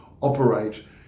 operate